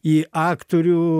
į aktorių